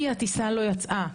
כי הטיסה לא יצאה,